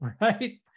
right